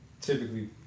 typically